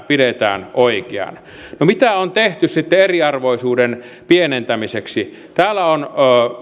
pidetään oikeana no mitä on tehty sitten eriarvoisuuden pienentämiseksi täällä on